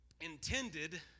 intended